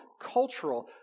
cultural